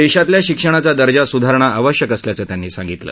देशातल्या शिक्षणाचा दर्जा सुधारणं आवश्यक असल्याचं त्यांनी सांगितलं